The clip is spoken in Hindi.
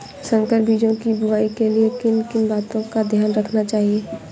संकर बीजों की बुआई के लिए किन किन बातों का ध्यान रखना चाहिए?